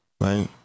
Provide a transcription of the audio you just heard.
Right